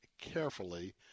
carefully